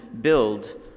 build